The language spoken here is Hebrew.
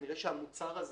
כנראה שהמוצר הזה